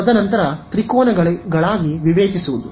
ತದನಂತರ ತ್ರಿಕೋನಗಳಾಗಿ ವಿವೇಚಿಸುವುದು